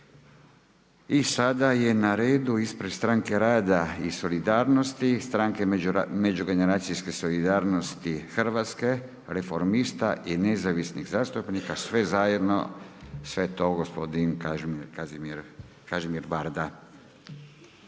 I sada je na redu ispred Stranke rada i solidarnosti, Stranke međugeneracijske solidarnosti Hrvatske, Reformista i nezavisnih zastupnika sve zajedno sve to gospodin Kažimir VArda.